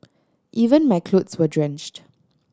even my clothes were drenched